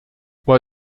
why